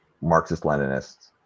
Marxist-Leninists